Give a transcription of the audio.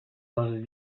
les